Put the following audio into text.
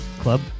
Club